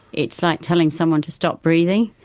it's like telling someone to stop breathing.